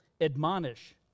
admonish